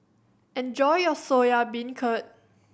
enjoy your Soya Beancurd